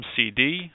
MCD